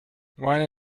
while